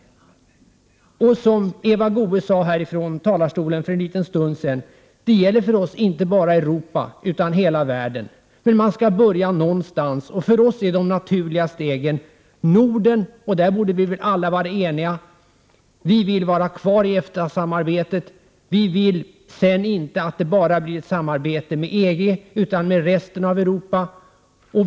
Som Eva Goéös sade från talarstolen för en stund sedan, det gäller för oss inte bara Europa utan hela världen. Men man skall börja någonstans. För oss är det naturliga steget först och främst Norden — där borde vi alla vara eniga. Vi vill dessutom vara kvar i EFTA-samarbetet. Vi vill inte att det bara blir ett samarbete med EG, utan också med resten av Europa.